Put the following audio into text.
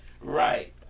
Right